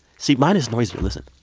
see, mine is noisier. listen.